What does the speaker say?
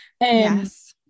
yes